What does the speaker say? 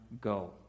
go